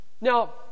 Now